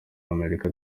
amerika